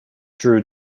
drew